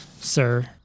sir